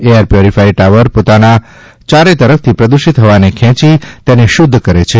air purifier tower પોતાના યારેતરફની પ્રદુષિત હવાને ખેંચી તેને શુદ્ધ કરે છે